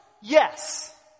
Yes